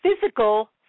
physical